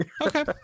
Okay